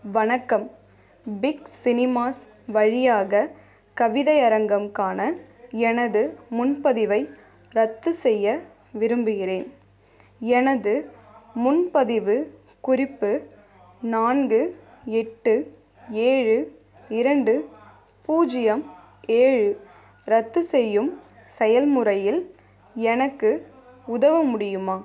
வணக்கம் big cinemas வழியாக கவிதையரங்கமுக்கான எனது முன்பதிவை ரத்துசெய்ய விரும்புகிறேன் எனது முன்பதிவு குறிப்பு நான்கு எட்டு ஏழு இரண்டு பூஜ்ஜியம் ஏழு ரத்துசெய்யும் செயல்முறையில் எனக்கு உதவ முடியுமா